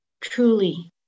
truly